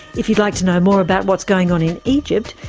if you'd like to know more about what's going on in egypt,